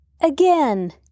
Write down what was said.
again